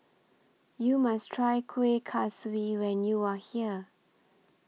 YOU must Try Kuih Kaswi when YOU Are here